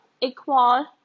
equal